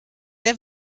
der